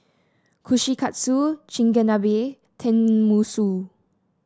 Kushikatsu Chigenabe Tenmusu